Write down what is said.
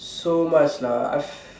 so much lah